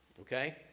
okay